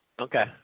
okay